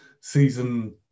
season